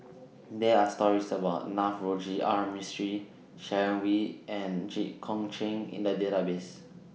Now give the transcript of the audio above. There Are stories about Navroji R Mistri Sharon Wee and Jit Koon Ch'ng in The Database